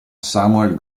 samuel